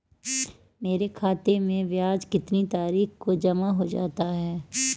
मेरे खाते में ब्याज कितनी तारीख को जमा हो जाता है?